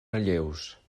relleus